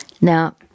Now